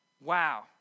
wow